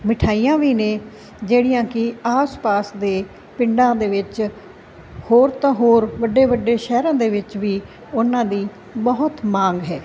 ਮਿਠਾਈਆਂ ਵੀ ਨੇ ਜਿਹੜੀਆਂ ਕਿ ਆਸ ਪਾਸ ਦੇ ਪਿੰਡਾਂ ਦੇ ਵਿੱਚ ਹੋਰ ਤਾਂ ਹੋਰ ਵੱਡੇ ਵੱਡੇ ਸ਼ਹਿਰਾਂ ਦੇ ਵਿੱਚ ਵੀ ਉਹਨਾਂ ਦੀ ਬਹੁਤ ਮੰਗ ਹੈ